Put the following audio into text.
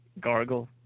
gargle